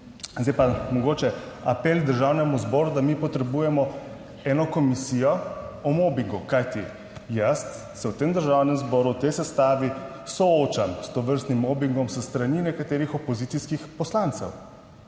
Zdaj pa mogoče apel Državnemu zboru, da mi potrebujemo eno komisijo o mobingu. Kajti jaz se v tem Državnem zboru v tej sestavi soočam s tovrstnim mobingom s strani nekaterih opozicijskih poslancev.